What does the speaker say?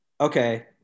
Okay